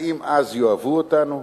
האם אז יאהבו אותנו?